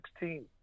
2016